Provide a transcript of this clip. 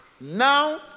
Now